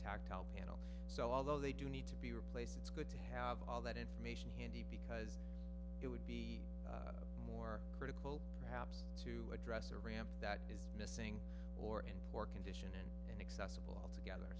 all panel so although they do need to be replaced it's good to have all that information indeed because it would be more critical perhaps to address a ramp that is missing or in poor condition and accessible altogether